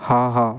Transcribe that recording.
ஆஹா